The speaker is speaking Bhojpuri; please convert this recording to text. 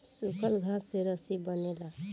सूखल घास से रस्सी बनेला